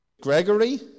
Gregory